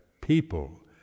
people